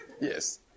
Yes